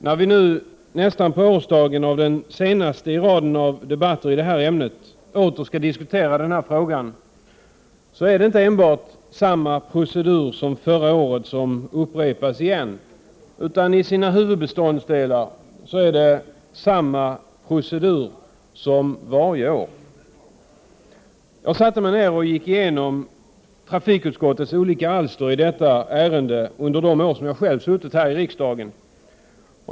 När vi nu nästan på årsdagen av den senaste i raden av debatter i detta ämne åter skall diskutera den här frågan, är det inte enbart samma procedur som förra året som upprepas, utan i sina huvudbeståndsdelar är det samma procedur som varje år. Jag satte mig ned och gick igenom trafikutskottets olika alster i detta ärende under de år som jag själv har suttit här i riksdagen.